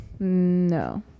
No